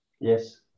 Yes